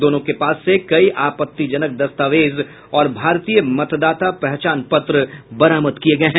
दोनों के पास से कई आपत्तिजनक दस्तावेज और भारतीय मतदाता पहचान पत्र बरामद किये गये हैं